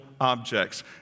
objects